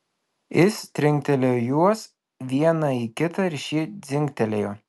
jis trinktelėjo juos vieną į kitą ir šie dzingtelėjo